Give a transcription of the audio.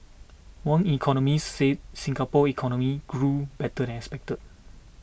one economist said Singapore's economy grew better than expected